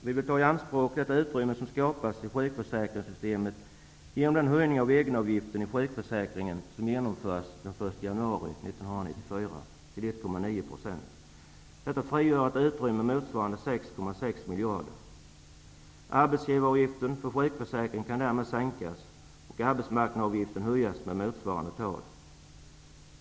Vi vill ta i anspråk det utrymme som skapas i sjukförsäkringssystemet genom den höjning av egenavgiften i sjukförsäkringen till 1,9 % som genomförs den 1 januari 1994. Detta frigör ett utrymme motsvarande 6,6 miljarder kronor. Arbetsgivaravgiften för sjukförsäkringen kan därmed sänkas och arbetsmarknadsavgiften höjas med motsvarande tal.